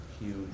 Huge